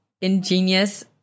ingenious